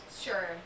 Sure